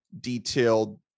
detailed